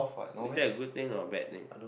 is that a good thing or bad thing